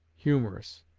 humorous.